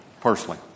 personally